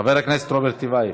חבר הכנסת רוברט טיבייב.